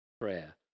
prayer